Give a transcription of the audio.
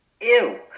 Ew